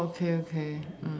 okay okay